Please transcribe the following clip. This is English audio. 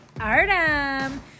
Artem